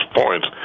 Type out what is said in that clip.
points